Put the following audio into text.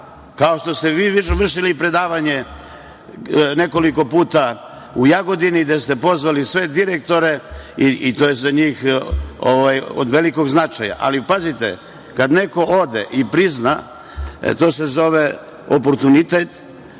kao što ste vi vršili predavanje nekoliko puta u Jagodini, gde ste pozvali sve direktore i to je za njih od velikog značaja, ali, pazite, kad neko ode i prizna, to se zove oportunitet,